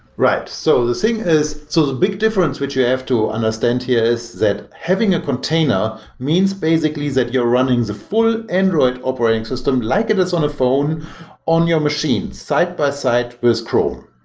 right. so the thing is so the big difference which you have to understand here is that having a container means basically that you're running the full android operating system like it is on a phone on your machine side-by-side with chrome.